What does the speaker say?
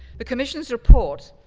the commission's report,